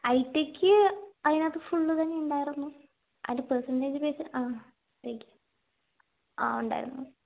I T ക്ക് അതിനകത്ത് full തന്നെ ഉണ്ടായിരുന്നു അതിൻ്റെ പെർസെന്റജ് ബെയ്സ്ഡ് അ ആ ഉണ്ടായിരുന്നു